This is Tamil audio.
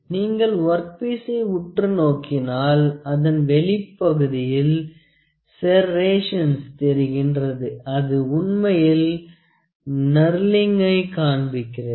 நீங்கள் ஒர்க் பீசை உற்று நோக்கினாள் அதன் வெளிப்பகுதியில் செர்ரெசன்ஸ் தெரிகின்றது அது உண்மையில் க்னர்லிங்கை காண்பிக்கிறது